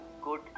good